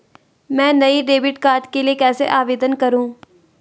मैं नए debit card के लिए कैसे आवेदन करूं?